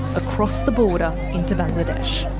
across the border into bangladesh.